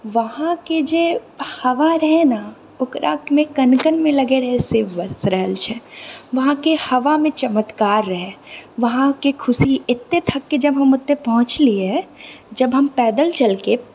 वहांके जे हवा रहै ने ओकरामे कण कणमे लगै रहै शिव बसि रहल छै वहांके हवामे चमत्कार रहै वहांके खुशी एते थकके जब हम ओतऽ पहुँचलियै जब हम पैदल चलके